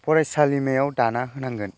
फरायसालिमायाव दाना होनांगोन